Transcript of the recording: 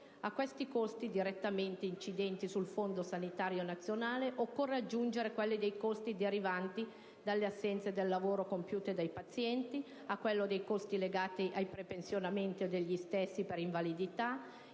A questi costi, direttamente incidenti sul Fondo sanitario nazionale, occorre aggiungere quelli derivanti dalle assenze dal lavoro dei pazienti e quelli legati ai prepensionamenti degli stessi per invalidità.